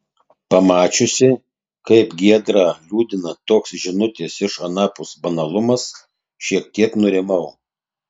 pamačiusi kaip giedrą liūdina toks žinutės iš anapus banalumas šiek tiek nurimau